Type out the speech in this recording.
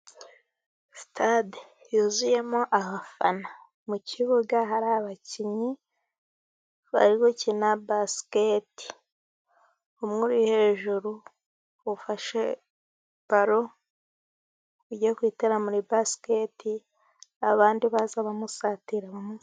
Sitade yuzuyemo abafana, mu kibuga hari abakinnyi bari bakina basiketi, umwe uri hejuru, ufashe baro, ugiye kuyitera muri basiketi, abandi baza bamusatira.